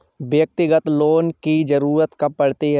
व्यक्तिगत लोन की ज़रूरत कब पड़ती है?